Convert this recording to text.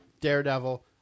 Daredevil